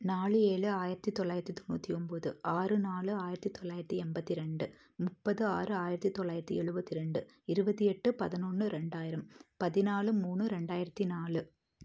நாலு ஏழு ஆயிரத்தி தொள்ளாயிரத்தி தொண்ணூற்றி ஒம்பது ஆறு நாலு ஆயிரத்தி தொள்ளாயிரத்தி எண்பத்தி ரெண்டு முப்பது ஆறு ஆயிரத்தி தொள்ளாயிரத்தி எழுபத்தி ரெண்டு இருபத்தி எட்டு பதினொன்று ரெண்டாயிரம் பதினாலு மூணு ரெண்டாயிரத்தி நாலு